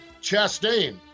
Chastain